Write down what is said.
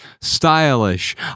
stylish